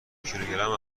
کیلوگرم